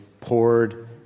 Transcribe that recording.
poured